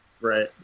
Right